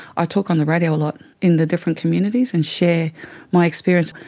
i talk on the radio a lot in the different communities and share my experience,